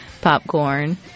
popcorn